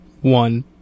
One